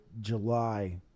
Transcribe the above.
July